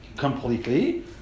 completely